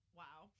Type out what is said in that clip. wow